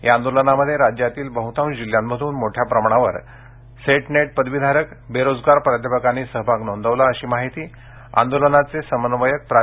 या आंदोलनामध्ये राज्यातील बह्तांश जिल्ह्यांमधून मोठ्या प्रमाणावर सेट नेट पदवीधारक बेरोजगार प्राध्यापकांनी सहभाग नोंदवला अशी माहिती आंदोलन समन्वयक प्रा